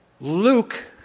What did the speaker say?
Luke